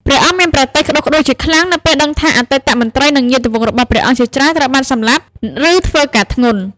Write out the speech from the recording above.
ព្រះអង្គមានព្រះទ័យក្តុកក្តួលជាខ្លាំង នៅពេលដឹងថាអតីតមន្ត្រី និងញាតិវង្សរបស់ព្រះអង្គជាច្រើនត្រូវបានសម្លាប់ ឬធ្វើការធ្ងន់។